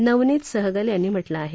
नवनीत सहगल यांनी म्हटलं आहे